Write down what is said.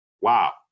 wow